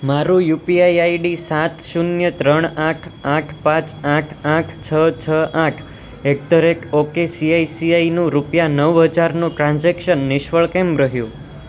મારું UPI ID સાત શૂન્ય ત્રણ આઠ આઠ પાંચ આઠ આઠ છ છ આઠ એટ ધ રેટ ઓકે સીઆઇસીઆઈનું રૂપિયા નવ હજારનું ટ્રાન્ઝેક્શન નિષ્ફળ કેમ રહ્યું